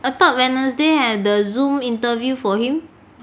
I thought wednesday have the zoom interview for him